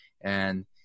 And-